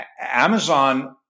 Amazon